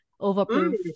Overproof